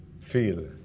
feel